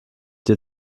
dir